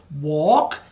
walk